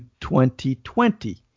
2020